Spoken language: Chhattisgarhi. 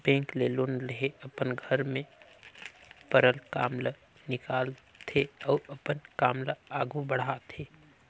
बेंक ले लोन लेके अपन घर में परल काम ल निकालथे अउ अपन काम ल आघु बढ़ाथे